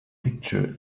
picture